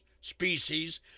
species